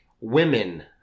women